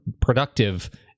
productive